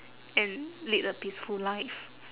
and lead a peaceful life